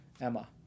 Emma